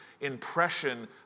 impression